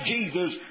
Jesus